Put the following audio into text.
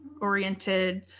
oriented